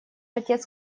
отец